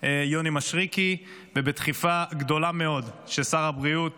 יוני מישרקי ובדחיפה גדולה מאוד של שר הבריאות